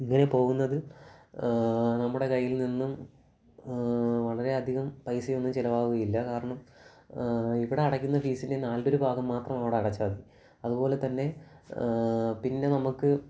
ഇതിന് പോകുന്നത് നമ്മുടെ കയ്യിൽ നിന്നും വളരെയധികം പൈസയൊന്നും ചിലവാവുകയില്ല കാരണം ഇവിടെ അടക്കുന്ന ഫീസ്സിൻറ്റെ നാലിലൊരു ഭാഗം മാത്രം അവിടെ അടച്ചാൽ മതി അതുപോലെ തന്നെ പിന്നെ നമുക്ക്